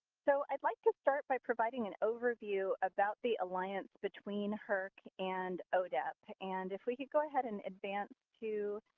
so, i'd like to start by providing an overview about the alliance between herc and odep. and if we could go ahead and advance to